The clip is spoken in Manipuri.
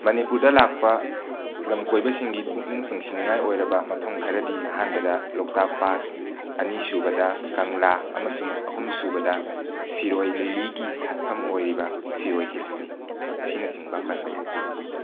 ꯃꯅꯤꯄꯨꯔꯗ ꯂꯥꯛꯄ ꯂꯝ ꯀꯣꯏꯕꯁꯤꯡꯒꯤ ꯄꯨꯛꯅꯤꯡ ꯆꯤꯡꯁꯤꯟꯅꯤꯡꯉꯥꯏ ꯑꯣꯏꯔꯕ ꯃꯐꯝ ꯈꯔꯗꯤ ꯑꯍꯥꯟꯕꯗ ꯂꯣꯛꯇꯥꯛ ꯄꯥꯠ ꯑꯅꯤ ꯁꯨꯕꯗ ꯀꯪꯂ ꯑꯃꯁꯨꯡ ꯑꯍꯨꯝ ꯁꯨꯕꯗ ꯁꯤꯔꯣꯏ ꯂꯤꯂꯤꯒꯤ ꯁꯥꯠꯐꯝ ꯑꯣꯏꯔꯤꯕ ꯁꯤꯔꯣꯏ ꯍꯤꯜꯁꯅꯤ ꯑ ꯑꯁꯤꯅꯆꯤꯡꯕ ꯄꯟꯕ ꯌꯥꯏ